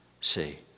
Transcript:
see